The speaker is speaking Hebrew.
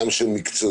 גם של מקצועיות,